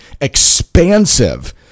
expansive